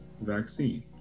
vaccine